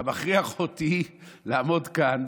אתה מכריח אותי לעמוד כאן